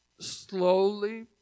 slowly